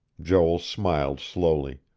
joel smiled slowly.